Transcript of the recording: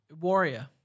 Warrior